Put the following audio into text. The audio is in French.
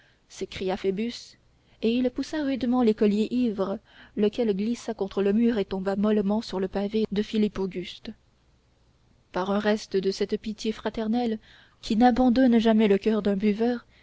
s'écria phoebus et il poussa rudement l'écolier ivre lequel glissa contre le mur et tomba mollement sur le pavé de philippe auguste par un reste de cette pitié fraternelle qui n'abandonne jamais le coeur d'un buveur